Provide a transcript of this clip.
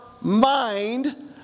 mind